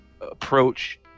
approach